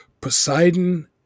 Poseidon